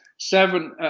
Seven